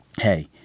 Hey